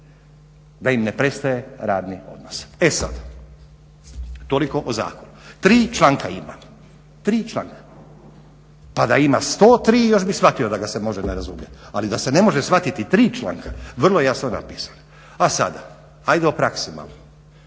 da im ne prestaje radni odnos. E sada toliko o zakonu, tri članka ima. Pa da ima 103 još bih shvatio da ga se može ne razumjeti, ali da se ne može shvatiti tri članka, vrlo jasno napisana. A sada, ajde o praksi malo.